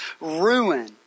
ruin